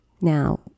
Now